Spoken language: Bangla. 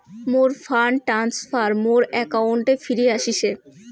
মোর ফান্ড ট্রান্সফার মোর অ্যাকাউন্টে ফিরি আশিসে